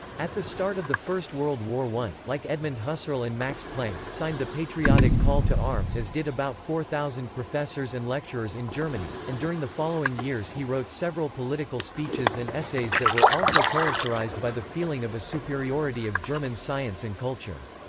at the start of the first world war wundt, like edmund husserl and max planck, signed the patriotic call to arms as did about four thousand professors and lecturers in germany, and during the following years he wrote several political speeches and essays that were also characterised by the feeling of a superiority of german science and culture.